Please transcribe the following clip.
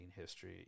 history